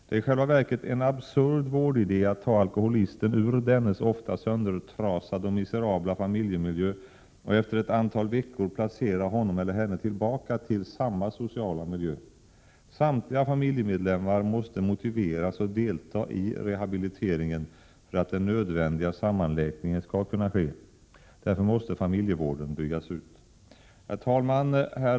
Det är i själva verket en absurd vårdidé att ta alkoholisten ur dennes ofta söndertrasade och miserabla familjemiljö och efter ett antal veckor placera honom eller henne tillbaka till samma sociala miljö. Samtliga familjemedlemmar måste motiveras och delta i rehabiliteringen för att den nödvändiga sammanläkningen skall kunna ske. Herr talman!